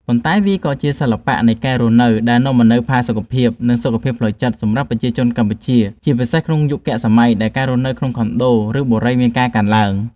ប៉ុន្តែវាក៏ជាសិល្បៈនៃការរស់នៅដែលនាំមកនូវផាសុកភាព និងសុខភាពផ្លូវចិត្តសម្រាប់ប្រជាជនកម្ពុជា ជាពិសេសក្នុងយុគសម័យដែលការរស់នៅក្នុងខុនដូ ឬបូរីមានការកើនឡើង។